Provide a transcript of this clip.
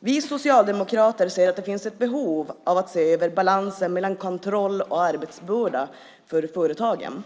Vi socialdemokrater ser att det finns ett behov av att se över balansen mellan kontroll och arbetsbörda för företagen.